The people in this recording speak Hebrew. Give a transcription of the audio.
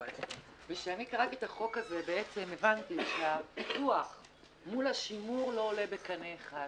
וכשאני קראתי את החוק הזה הבנתי שהפיתוח מול השימור לא עולה בקנה אחד.